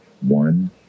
One